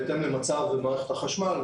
בהתאם למצב מערכת החשמל,